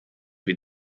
wie